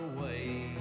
away